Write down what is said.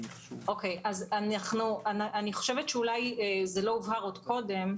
אולי זה לא הובהר עוד קודם,